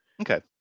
okay